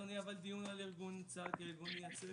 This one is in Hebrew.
יהיה אדוני דיון על ארגון נכי צה"ל וארגון יציג?